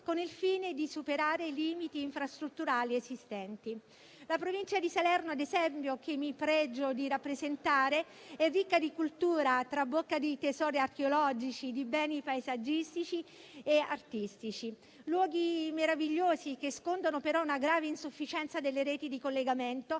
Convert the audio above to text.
con il fine di superare i limiti infrastrutturali esistenti. La provincia di Salerno, ad esempio, che mi pregio di rappresentare, è ricca di cultura e trabocca di tesori archeologici e di beni paesaggistici e artistici; luoghi meravigliosi, che scontano però una grave insufficienza delle reti di collegamento,